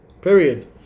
Period